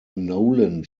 nolan